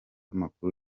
amakuru